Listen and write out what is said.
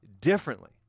differently